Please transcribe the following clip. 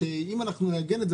שאם אנחנו נעגן את זה